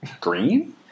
green